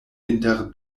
inter